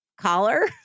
collar